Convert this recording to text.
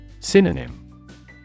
Synonym